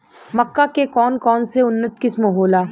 मक्का के कौन कौनसे उन्नत किस्म होला?